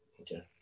Okay